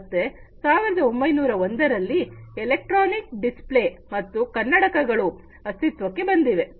ಮತ್ತೆ 1901ರಲ್ಲಿ electronic display ಮತ್ತು ಕನ್ನಡಕಗಳು ಅಸ್ತಿತ್ವಕ್ಕೆ ಬಂದಿವೆ